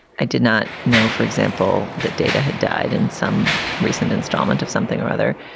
i did not know, for example, that data had died in some recent installment of something or other.